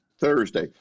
Thursday